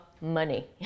money